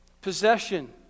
possession